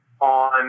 on